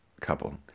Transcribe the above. couple